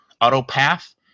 auto-path